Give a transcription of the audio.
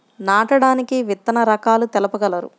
నాటడానికి విత్తన రకాలు తెలుపగలరు?